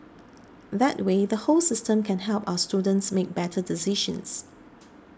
that way the whole system can help us students make better decisions